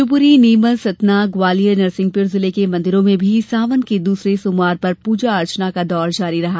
शिवपुरी नीमच सतना ग्वालियर नरसिंहपुर जिलों के मन्दिरों में भी सावन के दूसरे सोमवार पर पूजा अर्चना हुई